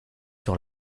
sur